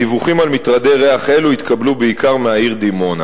דיווחים על מטרדי ריח אלו התקבלו בעיקר מהעיר דימונה.